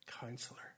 counselor